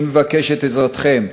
אני מבקש את עזרתכם.